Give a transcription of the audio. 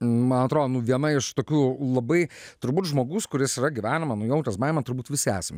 man atrodo nu viena iš tokių labai turbūt žmogus kuris yra gyvenime nu jautęs baimę turbūt visi esam